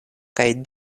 kaj